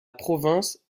province